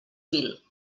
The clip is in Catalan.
mil